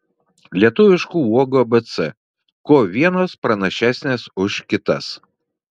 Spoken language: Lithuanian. lietuviškų uogų abc kuo vienos pranašesnės už kitas